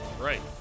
Right